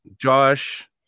Josh